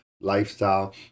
lifestyle